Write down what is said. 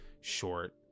short